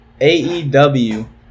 AEW